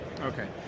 Okay